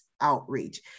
outreach